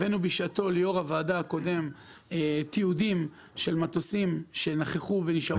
הבאנו ליושב-ראש הוועדה הקודם תיעוד של מטוסים שנכחו ונשארו כאן.